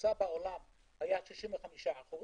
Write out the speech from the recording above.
שהממוצע בעולם היה 65%,